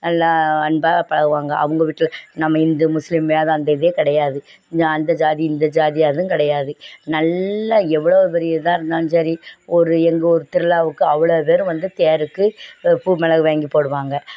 நல்லா அன்பாக பழகுவாங்க அவங்க வீட்டில் நம்ம இந்து முஸ்லீம் வேதம் அந்த இதுவே கிடையாது நான் அந்த ஜாதி இந்த ஜாதி அதுவும் கிடையாது நல்ல எவ்வளோ பெரிய இதாக இருந்தாலும் சரி ஒரு எங்கள் ஊர் திருவிழாக்கு அவ்வளோ பேரும் வந்து தேருக்கு உப்பு மிளகு வாங்கி போடுவாங்க